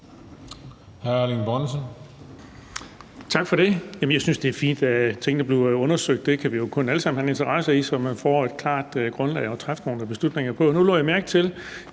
Erling Bonnesen (V): Tak for det. Jamen jeg synes, det er fint, at tingene bliver undersøgt – det kan vi jo kun alle sammen have en interesse i – så man får et klart grundlag at træffe beslutninger på. Nu lagde jeg mærke til,